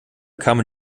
kamen